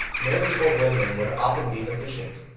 marriageable women would often be deficient.